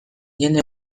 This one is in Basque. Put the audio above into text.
jende